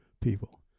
people